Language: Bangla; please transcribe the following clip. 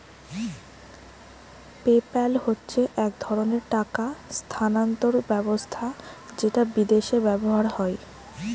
পেপ্যাল হচ্ছে এক ধরণের টাকা স্থানান্তর ব্যবস্থা যেটা বিদেশে ব্যবহার হয়